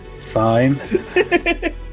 Fine